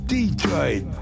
Detroit